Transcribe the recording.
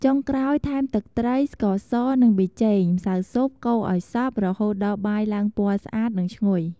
ចុងក្រោយ ថែមទឹកត្រី ស្ករស និងប៊ីចេង ម្សៅស៊ុប កូរឱ្យសព្វ រហូតដល់បាយឡើងពណ៌ស្អាត និងឈ្ងុយ។